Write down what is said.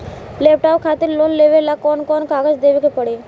Laptop खातिर loan लेवे ला कौन कौन कागज देवे के पड़ी?